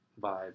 vibe